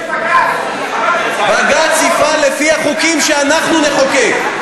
עוקף-בג"ץ, בג"ץ יפעל לפי החוקים שאנחנו נחוקק.